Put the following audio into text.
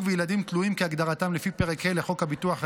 וילדים תלויים כהגדרתם לפי פרק ה' לחוק הביטוח הלאומי,